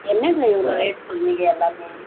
என்னங்க இவ்வளோ ரேட் சொல்லுறீங்க எல்லாமே